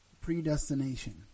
predestination